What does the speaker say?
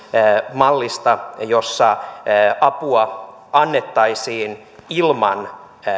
mallista jossa apua annettaisiin ilman